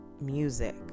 music